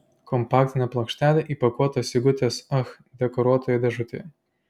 kompaktinė plokštelė įpakuota sigutės ach dekoruotoje dėžutėje